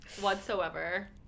Whatsoever